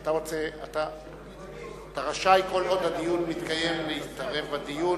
אתה רשאי, כל עוד הדיון מתקיים, להתערב בדיון.